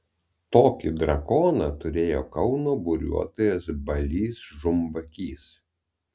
tokį drakoną turėjo kauno buriuotojas balys žumbakys